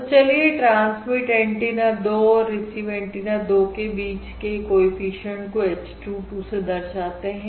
और चलिए transmit antenna 2 और रिसीव एंटीना 2 के बीच के को एफिशिएंट को h 2 2 से दर्शाते हैं